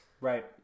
Right